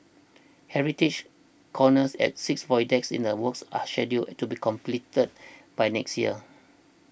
heritage corners at six void decks in the works are scheduled to be completed by next year